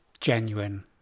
genuine